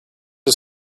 his